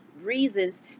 reasons